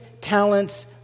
talents